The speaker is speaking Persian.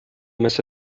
مثل